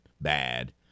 bad